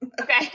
Okay